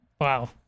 wow